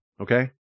okay